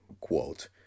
quote